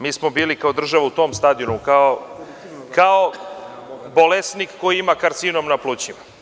Mi smo bili, kao država, u tom stadijumu, kao bolesnik koji ima karcinom na plućima.